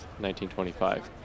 1925